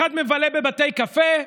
אחד מבלה בבתי קפה,